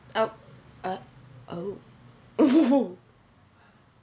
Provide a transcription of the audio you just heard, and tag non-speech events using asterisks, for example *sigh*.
oh ah oh *laughs*